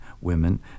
women